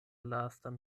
lastan